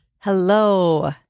Hello